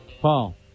Paul